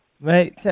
Mate